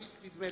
נדמה לי.